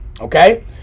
Okay